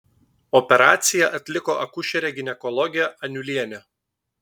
operaciją atliko akušerė ginekologė aniulienė